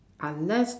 unless